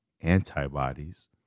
antibodies